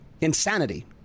insanity